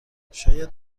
شاید